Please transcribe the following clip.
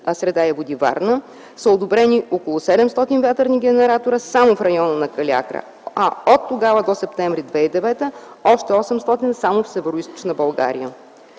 среда и водите – Варна, са одобрени около 700 вятърни генератора само в района на Калиакра, а оттогава до м. септември 2009 г. – още 800 само в Североизточна България.